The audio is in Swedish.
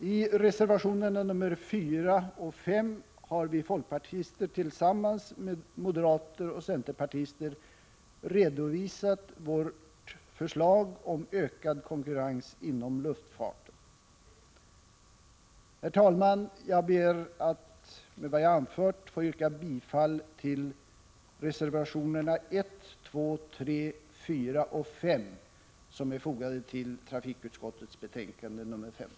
I reservationerna nr 4 och 5 har vi folkpartister tillsammans med moderater och centerpartister redovisat förslag om ökad konkurrens inom luftfarten. Herr talman! Med vad jag anfört ber jag att få yrka bifall till reservationerna 1, 2, 3, 4 och 5 som är fogade till trafikutskottets betänkande nr 15.